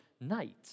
night